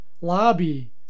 lobby